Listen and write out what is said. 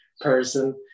person